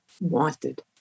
wanted